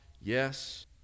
yes